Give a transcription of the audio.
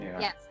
yes